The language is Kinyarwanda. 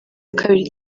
kabiri